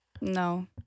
No